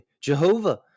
Jehovah